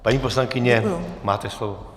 Paní poslankyně, máte slovo.